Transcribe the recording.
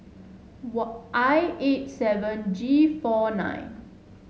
were I eight seven G four nine